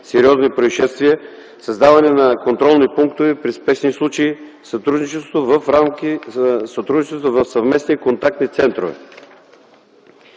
сериозни произшествия, създаване на контролни пунктове при спешни случаи, сътрудничество в съвместни контактни центрове).